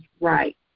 right